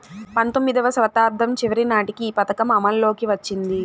పంతొమ్మిదివ శతాబ్దం చివరి నాటికి ఈ పథకం అమల్లోకి వచ్చింది